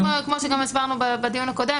כמו שגם הסברנו בדיון הקודם,